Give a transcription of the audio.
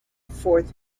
fourth